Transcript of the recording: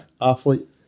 athlete